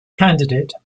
candidate